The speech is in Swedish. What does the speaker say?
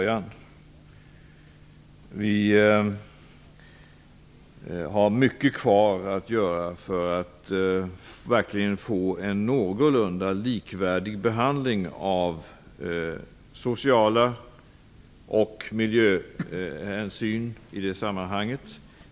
Det finns mycket kvar att göra för att verkligen få en någorlunda likvärdig behandling av sociala hänsyn och miljöhänsyn i det sammanhanget.